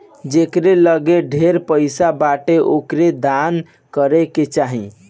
जेकरी लगे ढेर पईसा बाटे ओके दान करे के चाही